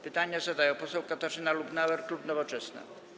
Pytanie zadaje poseł Katarzyna Lubnauer, klub Nowoczesna.